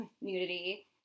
nudity